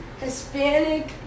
Hispanic